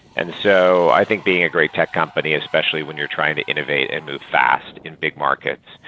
and so i think being a great tech company especially when you're trying to innovate and move fast in big markets,